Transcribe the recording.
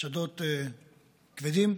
בחשדות כבדים,